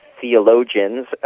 theologians